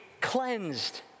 cleansed